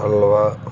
halwa